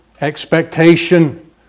expectation